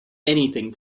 anything